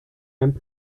ein